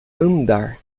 andar